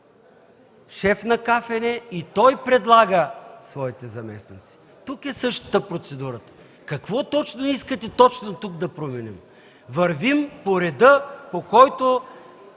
шеф на комисията и той предлага своите заместници. Тук е същата процедура. Какво точно искате точно тук да променим? Вървим по реда, по който